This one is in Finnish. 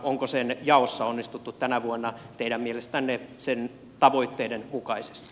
onko sen jaossa onnistuttu tänä vuonna teidän mielestänne sen tavoitteiden mukaisesti